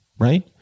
Right